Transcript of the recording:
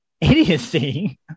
idiocy